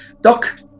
Doc